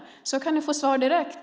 På det kan ni få svar direkt.